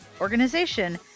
organization